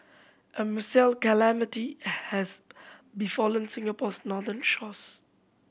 a calamity has befallen Singapore's northern shores